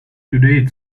today